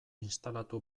instalatu